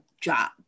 job